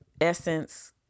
essence